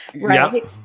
right